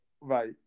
right